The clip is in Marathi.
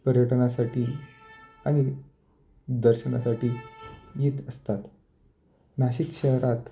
पर्यटनासाठी आणि दर्शनासाठी येत असतात नाशिक शहरात